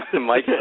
Mike